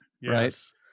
Yes